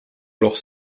alors